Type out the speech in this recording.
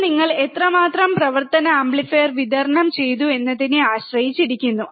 ഇത് നിങ്ങൾ എത്രമാത്രം പ്രവർത്തന ആംപ്ലിഫയർ വിതരണം ചെയ്തു എന്നതിനെ ആശ്രയിച്ചിരിക്കുന്നു